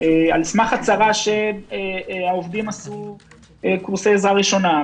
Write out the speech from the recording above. על סמך הצהרה שהעובדים עשו קורסי עזרה ראשונה,